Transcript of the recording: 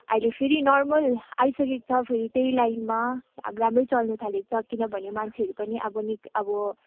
अहिले फेरि नर्मल आइसकेको छ फेरि त्यही लाइनमा अब राम्रै चल्नु थालेको छ किनभने मान्छेहरू पनि अब नि अब